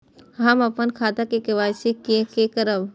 हम अपन खाता के के.वाई.सी के करायब?